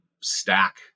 stack